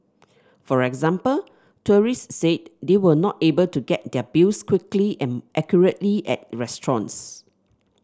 for example tourists said they were not able to get their bills quickly and accurately at restaurants